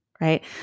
right